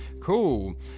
cool